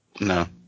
No